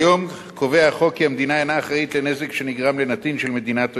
כיום קובע החוק כי המדינה אינה אחראית לנזק שנגרם לנתין של מדינת אויב.